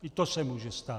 I to se může stát.